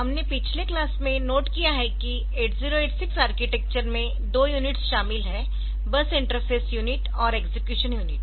हमने पिछले क्लास में नोट किया है कि 8086 आर्किटेक्चर में दो यूनिट्स शामिल है बस इंटरफ़ेस यूनिट और एक्सेक्यूशन यूनिट